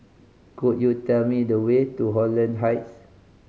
could you tell me the way to Holland Heights